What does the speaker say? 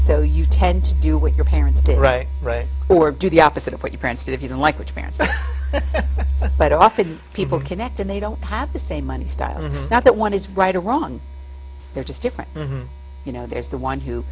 so you tend to do what your parents did right right or do the opposite of what your parents did if you don't like which parents but often people connect and they don't have the same money style not that one is right or wrong they're just different you know there's the one who